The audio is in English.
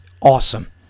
awesome